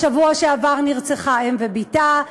בשבוע שעבר נרצחו אם ובתה,